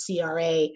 CRA